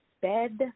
Bed